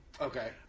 Okay